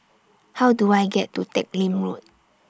How Do I get to Teck Lim Road